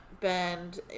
bend